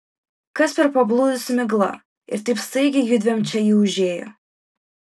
kas per pablūdusi migla ir taip staigiai judviem čia ji užėjo